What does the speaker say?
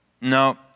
no